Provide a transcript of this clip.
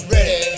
Ready